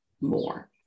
more